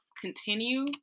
continue